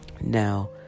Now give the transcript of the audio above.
Now